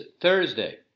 Thursday